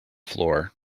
floor